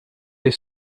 dig